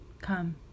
Come